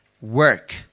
work